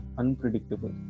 unpredictable